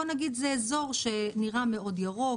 בוא נגיד זה אזור שנראה מאוד ירוק,